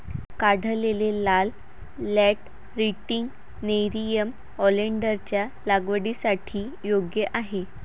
काढलेले लाल lateritic nerium ओलेन्डरच्या लागवडीसाठी योग्य आहे